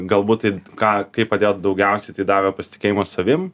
galbūt tai ką kaip padėt daugiausiai tai davė pasitikėjimo savimi